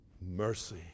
mercy